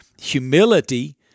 Humility